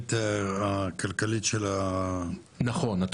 התכנית הכלכלית של --- אני מדבר על השוטף.